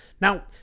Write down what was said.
Now